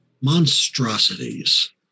monstrosities